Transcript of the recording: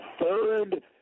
third